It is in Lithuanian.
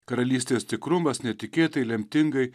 karalystės tikrumas netikėtai lemtingai